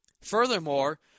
Furthermore